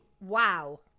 Wow